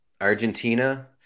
Argentina